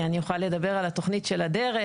אני יכולה לדבר על התוכנית של הדרך,